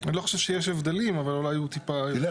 תומר,